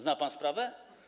Zna pan sprawę?